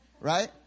right